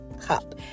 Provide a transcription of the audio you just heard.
cup